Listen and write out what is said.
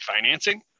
financing